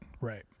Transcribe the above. right